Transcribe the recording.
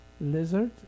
lizard